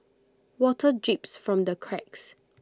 water drips from the cracks